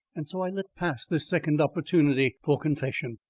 and so i let pass this second opportunity for confession.